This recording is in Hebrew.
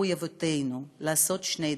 מחויבותנו לעשות שני דברים: